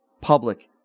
public